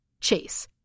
Chase